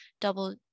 double